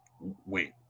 wait